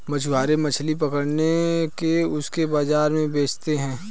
मछुआरे मछली पकड़ के उसे बाजार में बेचते है